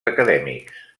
acadèmics